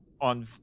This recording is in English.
on